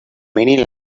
many